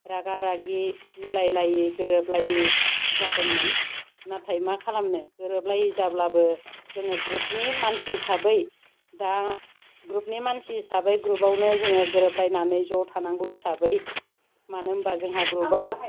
रागा रागि मिलायलायि गोरोबलायि जादोंमोन नाथाय मा खालामनो गोरोबलायि जाब्लाबो जोङो ग्रुपनि मानसि हिसाबै दा ग्रुपनि मानसि हिसाबै ग्रुपआवनो जोङो गोरोबलायनानै ज' थानांगौ हिसाबै मानो होनबा जोंहा ग्रुपाव